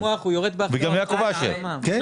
כן,